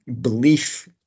belief